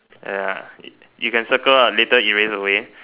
ya you can circle ah later erase away